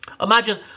Imagine